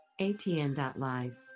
atn.live